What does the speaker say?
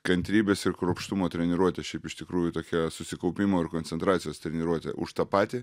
kantrybės ir kruopštumo treniruotė šiaip iš tikrųjų tokia susikaupimo ir koncentracijos treniruotė už tą patį